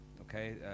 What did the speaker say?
okay